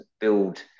build